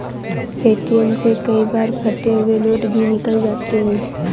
ATM से कई बार फटे हुए नोट भी निकल जाते हैं